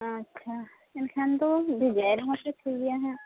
ᱟᱪᱪᱷᱟ ᱮᱱᱠᱷᱟᱱ ᱫᱚ ᱵᱷᱮᱡᱟᱭ ᱨᱮᱦᱚᱸᱯᱮ ᱴᱷᱤᱠᱜᱮᱭᱟ ᱦᱟᱸᱜ